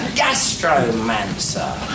gastromancer